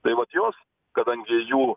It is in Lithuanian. tai vat jos kadangi jų